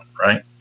right